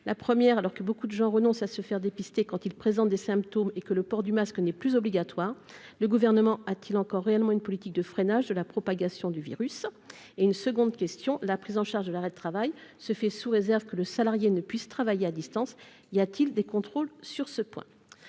la première alors que beaucoup de gens renoncent à se faire dépister quand ils présentent des symptômes et que le port du masque n'est plus obligatoire, le gouvernement a-t-il encore réellement une politique de freinage de la propagation du virus et une seconde question : la prise en charge de l'arrêt de travail se fait sous réserve que le salarié ne puisse travailler à distance, y a-t-il des contrôles sur ce point,